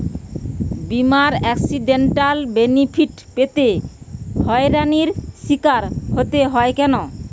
বিমার accidental benefit পেতে হয়রানির স্বীকার হতে হয় কেন?